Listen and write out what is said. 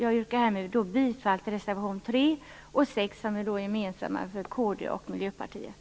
Jag yrkar härmed bifall till reservation 3 samt reservation 6 som är gemensam för kd och Miljöpartiet.